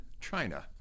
China